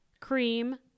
cream